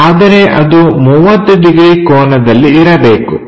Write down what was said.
ಆದರೆ ಅದು 30 ಡಿಗ್ರಿ ಕೋನದಲ್ಲಿ ಇರಬೇಕು